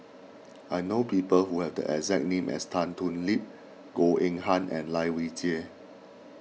I know people who have the exact name as Tan Thoon Lip Goh Eng Han and Lai Weijie